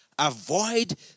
Avoid